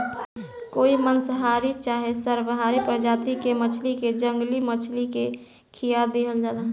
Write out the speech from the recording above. कोई मांसाहारी चाहे सर्वाहारी प्रजाति के मछली के जंगली मछली के खीया देहल जाला